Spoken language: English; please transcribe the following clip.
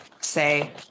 say